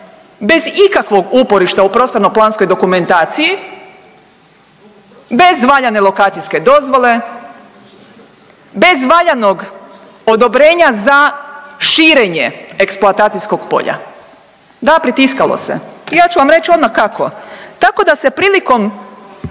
bez ikakvog uporišta u prostorno-planskoj dokumentaciji, bez valjanje lokacijske dozvole, bez valjanog odobrenja za širenje eksploatacijskoj polja. Da pritiskalo se i ja ću vam reći odmah kako. Tako da se prilikom